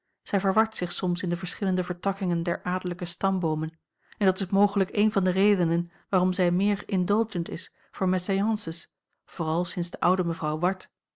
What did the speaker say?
zij verwart zich soms in de verschillende vertakkingen der adellijke stamboomen en dat is mogelijk een van de redenen waarom zij meer indulgent is voor mésalliances vooral sinds de oude mevrouw ward